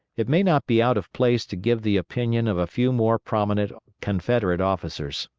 it may not be out of place to give the opinion of a few more prominent confederate officers.